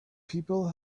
people